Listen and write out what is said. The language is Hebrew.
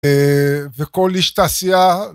וכל איש תעשייה